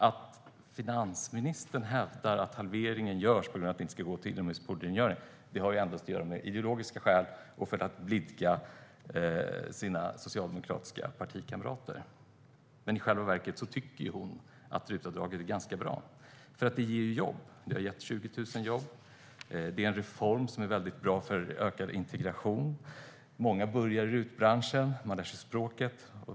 Att finansministern hävdar att halveringen görs på grund av att det inte ska gå till inomhuspoolrengöring har alltså endast ideologiska skäl, och hon gör det för att blidka sina socialdemokratiska partikamrater. I själva verket tycker hon att RUT-avdraget är ganska bra. Det ger nämligen jobb - det har gett 20 000 jobb. Det är också en reform som är väldigt bra för ökad integration. Många börjar i RUT-branschen, där de lär sig språket.